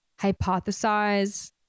hypothesize